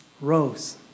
rose